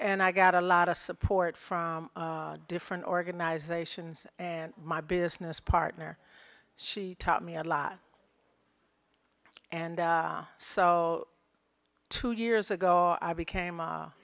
and i got a lot of support from different organizations and my business partner she taught me a lot and so two years ago i became